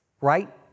right